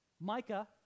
Micah